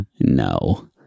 no